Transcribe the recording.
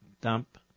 dump